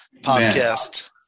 podcast